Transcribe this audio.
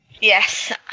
Yes